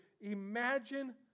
Imagine